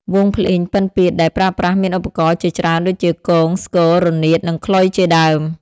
វង់ភ្លេងពិណពាទ្យដែលប្រើប្រាស់មានឧបករណ៍ជាច្រើនដូចជា គង ស្គរ រនាត និងខ្លុយជាដើម។